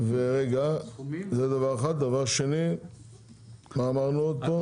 ורגע, זה דבר אחד, דבר שני מה אמרנו עוד פה?